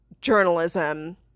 journalism